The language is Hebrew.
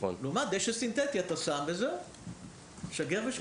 לעומת זאת, דשא סינטטי, אתה שם וזהו; שגר ושכח.